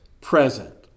present